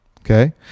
Okay